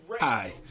Hi